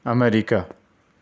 America